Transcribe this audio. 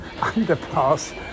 underpass